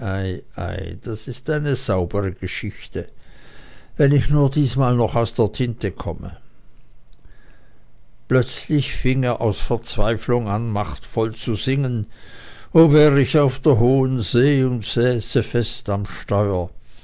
das ist eine saubere geschichte wenn ich nur diesmal noch aus der tinte komme plötzlich fing er ans verzweiflung machtvoll an zu singen o wär ich auf der hohen see und säße fest am steuer